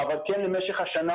אבל כן במשך השנה.